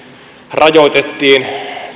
rajoitettiin